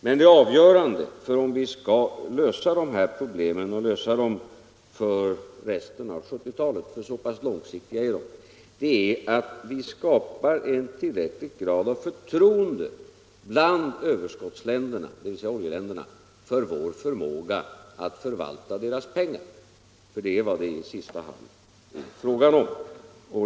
Men det avgörande för om vi skall kunna lösa dessa — Nr 14 problem och lösa dem för resten av 1970-talet — så pass långsiktiga är Tisdagen den de — är att vi skapar en tillräcklig grad av förtroende bland överskotts 4 februari 1975 länderna, dvs. oljeländerna, för vår förmåga att förvalta deras pengar —- för det är vad det i sista hand är fråga om.